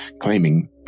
claiming